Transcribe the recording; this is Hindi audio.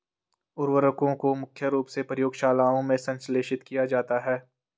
उर्वरकों को मुख्य रूप से प्रयोगशालाओं में संश्लेषित किया जाता है